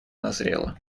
назрело